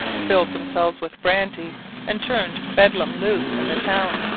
filled themselves with brandy and turned bedlam loose in the town.